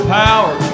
power